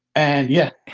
and yet.